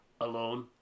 alone